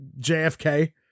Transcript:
JFK